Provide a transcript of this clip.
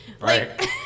Right